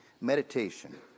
Meditation